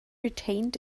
retained